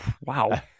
Wow